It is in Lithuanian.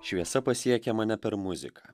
šviesa pasiekė mane per muziką